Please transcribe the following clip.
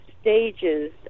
stages